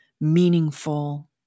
meaningful